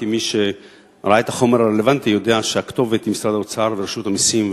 כי מי שראה את החומר הרלוונטי יודע שהכתובת היא משרד האוצר ורשות המסים,